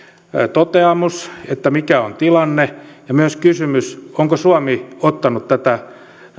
toteamus siitä mikä on tilanne ja myös kysymys onko suomi ottanut tätä